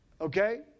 Okay